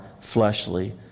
fleshly